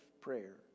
prayer